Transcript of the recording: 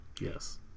Yes